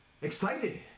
excited